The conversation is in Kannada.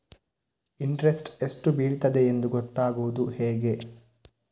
ಇಂಟ್ರೆಸ್ಟ್ ಎಷ್ಟು ಬೀಳ್ತದೆಯೆಂದು ಗೊತ್ತಾಗೂದು ಹೇಗೆ?